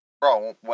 Bro